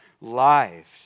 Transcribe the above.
lives